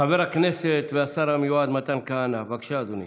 חבר הכנסת והשר המיועד מתן כהנא, בבקשה, אדוני.